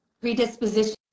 predisposition